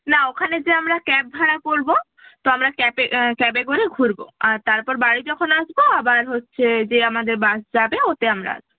না ওখানে যেয়ে আমরা ক্যাব ভাড়া করবো তো আমরা ক্যাবে ক্যাবে করে ঘুরবো আর তারপর বাড়ি যখন আসবো আবার হচ্ছে যে আমাদের বাস যাবে ওতে আমরা আস